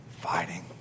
fighting